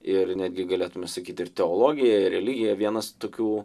ir netgi galėtume sakyti ir teologija ir religija vienas tokių